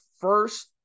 first